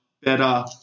better